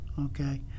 okay